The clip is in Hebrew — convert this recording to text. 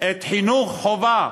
את חינוך החובה.